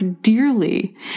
dearly